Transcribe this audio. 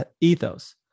ethos